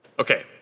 Okay